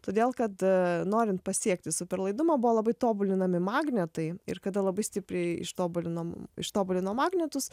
todėl kad norint pasiekti superlaidumą buvo labai tobulinami magnetai ir kada labai stipriai ištobulinom ištobulino magnetus